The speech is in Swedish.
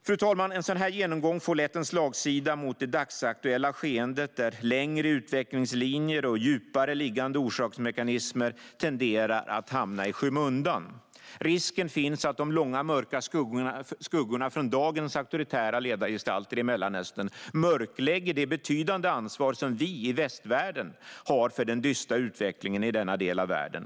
Fru talman! En sådan här genomgång får lätt en slagsida mot det dagsaktuella skeendet, där längre utvecklingslinjer och djupare liggande orsaksmekanismer tenderar att hamna i skymundan. Risken finns att de långa mörka skuggorna från dagens auktoritära ledargestalter i Mellanöstern mörklägger det betydande ansvar som vi i västvärlden har för den dystra utvecklingen i denna del av världen.